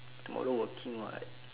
tomorrow working [what]